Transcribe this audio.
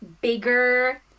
bigger